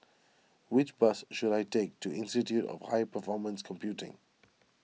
which bus should I take to Institute of High Performance Computing